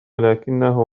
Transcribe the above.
لكنه